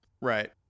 right